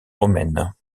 romaine